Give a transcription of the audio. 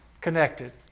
connected